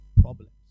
problems